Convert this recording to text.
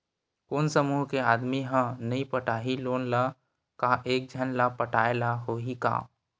कोन समूह के आदमी हा नई पटाही लोन ला का एक झन ला पटाय ला होही का?